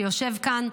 שיושב כאן.